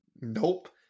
Nope